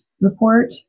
report